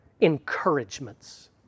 encouragements